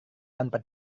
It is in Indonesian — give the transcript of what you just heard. tanpa